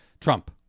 Trump